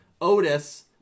Otis